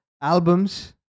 albums